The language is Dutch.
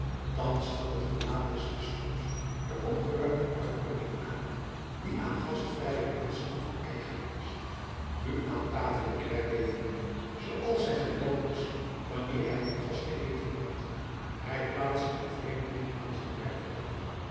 thans nam het gelaat des bisschops de opgeruimde uitdrukking aan die aan gastvrije menschen eigen is nu aan tafel riep hij levendig zooals hij gewoon was wanneer hij een gast ten eten had hij plaatste den vreemdeling aan zijn rechterhand